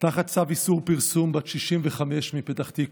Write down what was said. תחת צו איסור פרסום בת 65 מפתח תקווה,